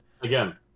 Again